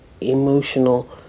emotional